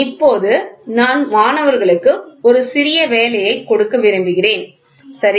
இப்போது நான் மாணவர்களுக்கு ஒரு சிறிய வேலையை கொடுக்க விரும்புகிறேன் சரி